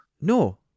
No